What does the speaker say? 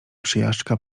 przejażdżka